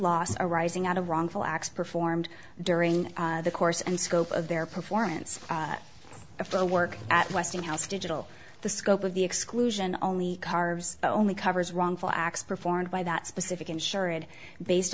loss arising out of wrongful acts performed during the course and scope of their performance of their work at westinghouse digital the scope of the exclusion only cars only covers wrongful acts performed by that specific insurance based